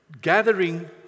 gathering